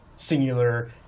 singular